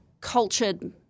cultured